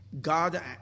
God